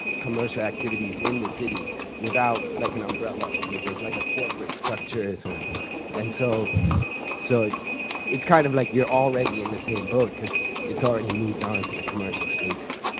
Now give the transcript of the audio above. commercial activities in the city without, like, an umbrella organization, like a corporate structure? so and so so it's kind of like you're already in the same boat because it's already moved on to the commercial spaces,